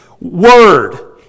Word